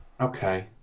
Okay